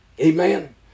amen